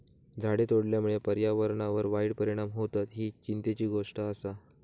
झाडे तोडल्यामुळे पर्यावरणावर वाईट परिणाम होतत, ही चिंतेची गोष्ट आसा